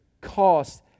cost